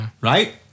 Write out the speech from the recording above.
Right